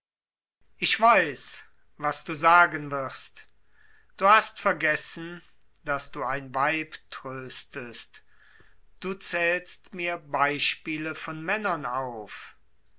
ich weiß was du sagen wirst du hast vergessen daß du ein weib tröstet du zählst mir beispiele von männern auf